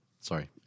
sorry